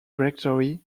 rectory